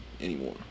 anymore